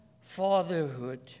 fatherhood